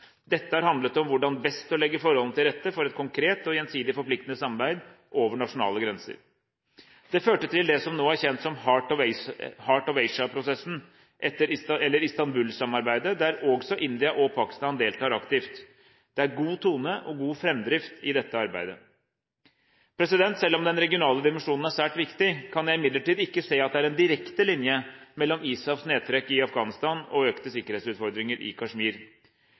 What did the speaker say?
Dette har handlet om hvordan best å legge forholdene til rette for et konkret og gjensidig forpliktende samarbeid, over nasjonale grenser. Det førte til det som nå er kjent som Heart of Asia-prosessen eller Istanbul-samarbeidet, der også India og Pakistan deltar aktivt. Det er god tone og god framdrift i dette arbeidet. Selv om den regionale dimensjonen er svært viktig, kan jeg imidlertid ikke se at det er en direkte linje mellom ISAFs nedtrekk i Afghanistan og økte sikkerhetsutfordringer i Kashmir.